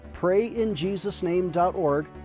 prayinjesusname.org